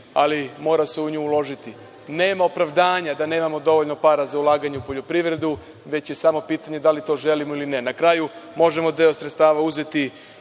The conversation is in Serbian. ali mora se u nju uložiti. Nema opravdanja da nemamo dovoljno para za ulaganje u poljoprivredu, već je samo pitanje da li to želimo ili ne. Na kraju, možemo deo sredstava uzeti